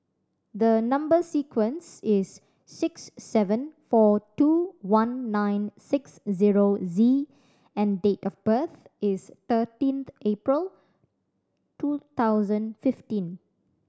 the number sequence is S seven four two one nine six zero Z and date of birth is thirteenth April two thousand fifteen